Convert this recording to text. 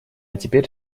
теперь